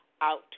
out